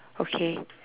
okay